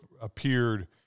appeared